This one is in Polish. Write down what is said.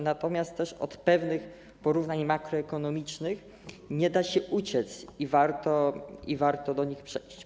Natomiast też od pewnych porównań makroekonomicznych nie da się uciec i warto do nich przejść.